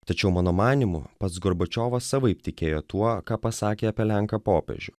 tačiau mano manymu pats gorbačiovas savaip tikėjo tuo ką pasakė apie lenką popiežių